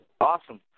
Awesome